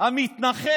שהוא קורא לו "המתנחל".